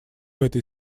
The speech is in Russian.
этой